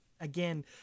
again